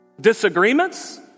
Disagreements